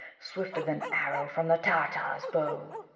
swifter than arrow from the tartar's bow.